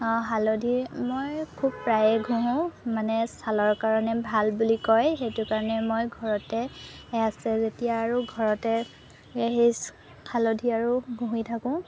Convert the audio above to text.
হালধি মই খুব প্ৰায়ে ঘঁহোঁ মানে ছালৰ কাৰণে ভাল বুলি কয় সেইটো কাৰণে মই ঘৰতে আছে যেতিয়া আৰু ঘৰতে সেই হালধি আৰু ঘঁহি থাকোঁ